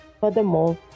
Furthermore